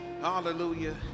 Hallelujah